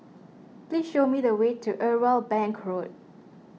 please show me the way to Irwell Bank Road